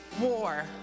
war